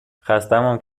خستهمون